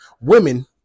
women